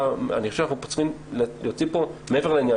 חושב שאנחנו צריכים להוציא החלטה מעבר לעניין